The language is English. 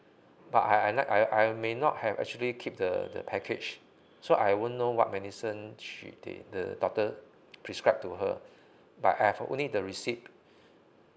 but I I like I I may not have actually keep the the package so I won't know what medicine she did the doctor prescribe to her but I've only the receipt